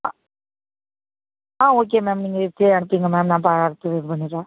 ஆ ஆ ஆ okay ma'am நீங்கள் இப்போயே அனுப்பிருங்க மேம் நான் பார்த்து இது பண்ணிடுறேன்